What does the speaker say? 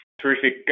Terrific